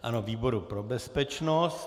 Ano, výboru pro bezpečnost.